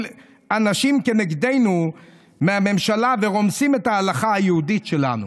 אנשים כנגדנו מהממשלה ורומסים את ההלכה היהודית שלנו.